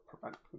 prevent